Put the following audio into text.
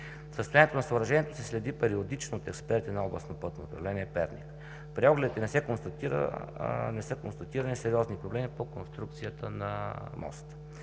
Състоянието на съоръжението се следи периодично от експерти на Областно пътно управление – Перник. При огледите не са констатирани сериозни проблеми по конструкцията на моста.